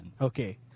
Okay